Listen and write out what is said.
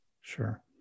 Sure